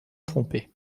trompés